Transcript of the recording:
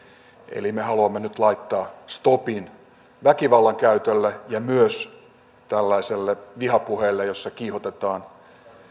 eli me haluamme nyt laittaa stopin väkivallan käytölle ja myös tällaiselle vihapuheelle jossa kiihotetaan